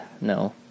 No